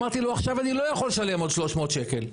אמרתי לו עכשיו אני לא יכול לשלם עוד 300 שקלים ועברתי.